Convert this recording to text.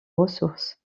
ressources